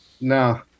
No